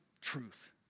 truth